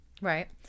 Right